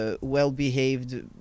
well-behaved